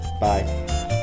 Bye